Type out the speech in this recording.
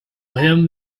him